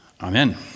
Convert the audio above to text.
Amen